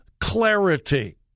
clarity